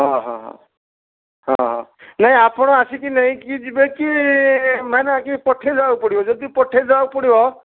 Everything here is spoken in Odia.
ହଁ ହଁ ହଁ ହଁ ହଁ ନାଇଁ ଆପଣ ଆସିକି ନେଇକି ଯିବେ କି ମାନେ ଆସି ପଠେଇଦେବାକୁ ପଡ଼ିବ ଯଦି ପଠେଇଦେବାକୁ ପଡ଼ିବ